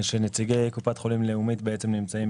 זה שנציגי קופת חולים לאומית בעצם נמצאים